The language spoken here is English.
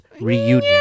Reunion